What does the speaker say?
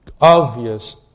obvious